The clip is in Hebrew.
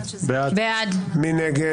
מי נגד?